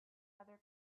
other